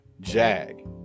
Jag